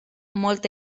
molt